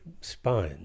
spine